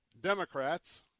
Democrats